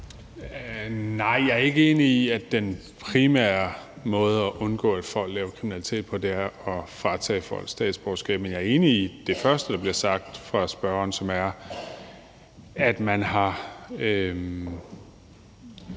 Nej, jeg er ikke enig i, at den primære måde til at undgå, at folk laver kriminalitet, er at fratage dem statsborgerskabet. Men jeg er enig i det første, der bliver sagt fra spørgerens side, altså at man har